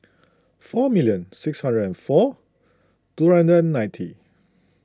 four million six hundred and four two hundred ninety